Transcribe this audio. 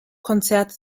konzerte